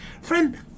Friend